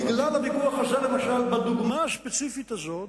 בגלל הוויכוח הזה, למשל, בדוגמה הספציפית הזו: